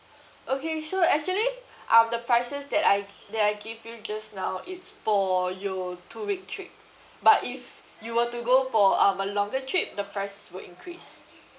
okay so actually um the prices that I that I give you just now it's for your two week trip but if you were to go for um a longer trip the price will increase